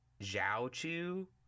zhao-chu